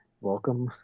Welcome